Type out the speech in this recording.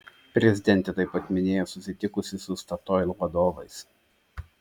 prezidentė taip pat minėjo susitikusi su statoil vadovais